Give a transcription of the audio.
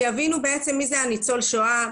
שיבינו מי זה הניצול שואה.